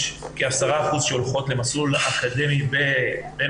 יש כ-10% שהולכות למסלול אקדמי בין